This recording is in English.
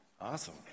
Awesome